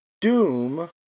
doom